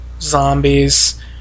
zombies